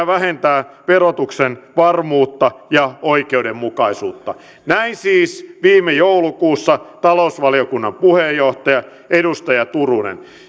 vähentää verotuksen varmuutta ja oikeudenmukaisuutta näin siis viime joulukuussa talousvaliokunnan puheenjohtaja edustaja turunen